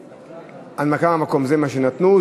מהמקום זה מה שנתנו.